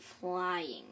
flying